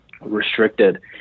restricted